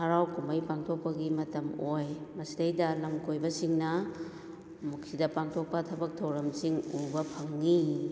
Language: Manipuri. ꯍꯔꯥꯎ ꯀꯨꯝꯍꯩ ꯄꯥꯡꯊꯣꯛꯄꯒꯤ ꯃꯇꯝ ꯑꯣꯏ ꯃꯁꯤꯗꯩꯗ ꯂꯝꯀꯣꯏꯕꯁꯤꯡꯅ ꯑꯃꯨꯛ ꯁꯤꯗ ꯄꯥꯡꯊꯣꯛꯄ ꯊꯕꯛ ꯊꯧꯔꯝꯁꯤꯡ ꯎꯕ ꯐꯪꯉꯤ